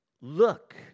Look